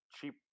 cheap